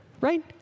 Right